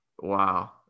Wow